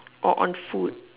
or on food